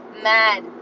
mad